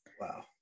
wow